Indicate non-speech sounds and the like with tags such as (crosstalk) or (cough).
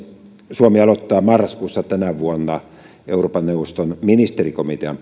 suomi aloittaa marraskuussa tänä vuonna euroopan neuvoston ministerikomitean (unintelligible)